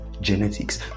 genetics